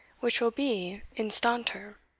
which will be instanter.